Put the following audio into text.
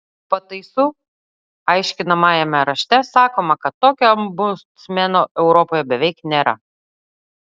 pataisų aiškinamajame rašte sakoma kad tokio ombudsmeno europoje beveik nėra